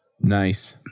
Nice